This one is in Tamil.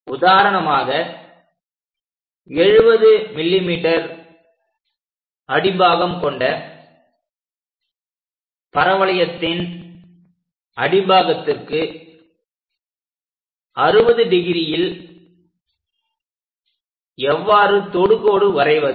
உதாரணமாக 70 mm அடிப்பாகம் கொண்ட பரவளையத்தின் அடிபாகத்துக்கு 60 °ல் எவ்வாறு தொடுகோடு வரைவது